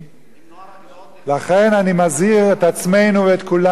נוער הגבעות, לכן, אני מזהיר את עצמנו, את כולנו,